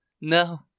no